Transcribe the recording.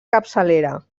capçalera